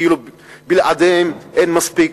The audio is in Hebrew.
כאילו בלעדיהן אין מספיק.